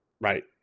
Right